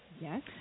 Yes